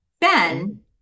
Ben